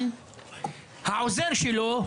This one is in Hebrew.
אבל העוזר שלו,